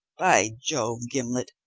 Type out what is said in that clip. by jove, gimblet,